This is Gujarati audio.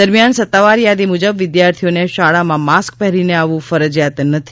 દરમિયાન સત્તાવાર યાદી મુજબ વિદ્યાર્થીઓને શાળામાં માસ્ક પહેરીને આવવું ફરજિયાત નથી